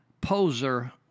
poser